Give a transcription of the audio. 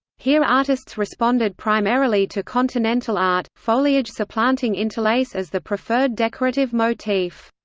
here artists responded primarily to continental art foliage supplanting interlace as the preferred decorative motif.